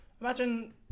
Imagine